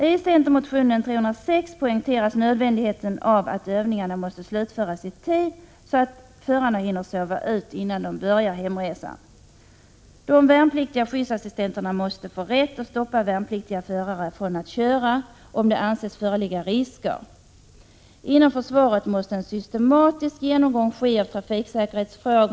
I centermotionen Fö306 poängteras nödvändigheten av att övningarna slutförs i tid, så att förarna hinner sova ut innan de börjar hemresan. De värnpliktiga skyddsassistenterna måste få rätt att stoppa värnpliktiga förare som vill köra trots att risker anses föreligga. Inom försvaret måste en systematisk genomgång av trafiksäkerhetsfrågorna ske.